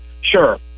sure